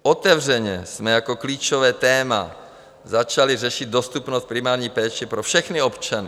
Otevřeně jsme jako klíčové téma začali řešit dostupnost primární péče pro všechny občany.